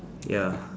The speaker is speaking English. ya